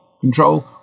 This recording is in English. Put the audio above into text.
control